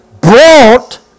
brought